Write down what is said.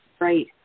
right